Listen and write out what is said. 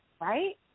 right